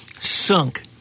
sunk